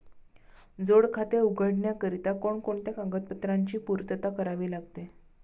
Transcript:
जोड खाते उघडण्याकरिता कोणकोणत्या कागदपत्रांची पूर्तता करावी लागते?